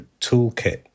toolkit